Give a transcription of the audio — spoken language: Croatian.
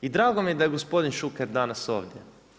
I drago mi je da je gospodin Šuker danas ovdje.